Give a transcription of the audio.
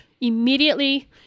immediately